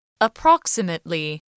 Approximately